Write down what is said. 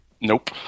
Nope